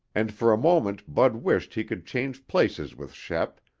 and for a moment bud wished he could change places with shep,